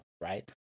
right